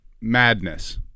madness